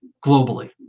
globally